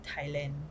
thailand